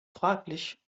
fraglich